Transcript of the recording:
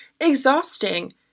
exhausting